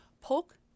Polk